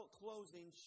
closing